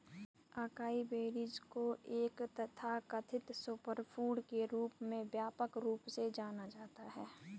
acai berries को एक तथाकथित सुपरफूड के रूप में व्यापक रूप से जाना जाता है